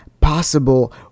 possible